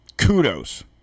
Kudos